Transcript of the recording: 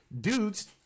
dudes